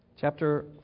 Chapter